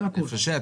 הערובה היא מהרוכש.